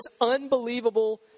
unbelievable